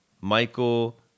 Michael